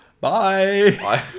Bye